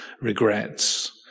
regrets